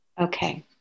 Okay